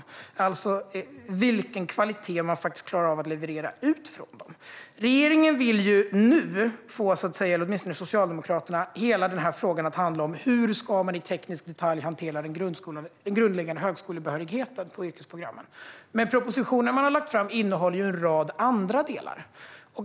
Det handlar alltså om vilken kvalitet man klarar av att leverera från dem. Regeringen, eller åtminstone Socialdemokraterna, vill nu få hela frågan att handla om hur man i teknisk detalj ska hantera den grundläggande högskolebehörigheten på yrkesprogrammen. Men den proposition man har lagt fram innehåller även en rad andra delar.